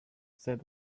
said